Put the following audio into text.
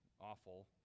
awful